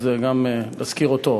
אז להזכיר גם אותו,